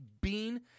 Bean